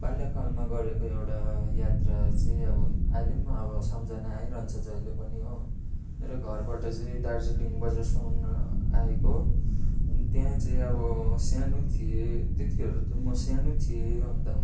बाल्यकालमा गरेको एउटा यात्रा चाहिँ अब अहिले पनि अब सम्झना आइरन्छ जहिले पनि हो मेरो घरबाट चाहिँ दार्जिलिङ बजारसम्म आएको अनि त्यहाँ चाहिँ अब सानो थिएँ त्यतिखेर त म सानो थिएँ अन्त